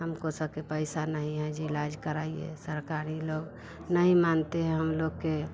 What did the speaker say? हमको स के पैसा नहीं है जे इलाज कराईए सरकारी लोग नहीं मानते हैं हम लोग के